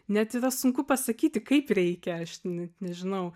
net sunku pasakyti kaip reikia aš net nežinau